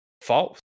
false